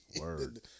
Word